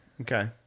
Okay